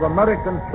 American